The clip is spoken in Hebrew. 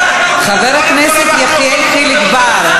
חבר הכנסת יחיאל חיליק בר,